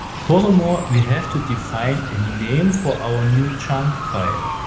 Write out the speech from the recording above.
furthermore, we have to define a name for our new chunk file.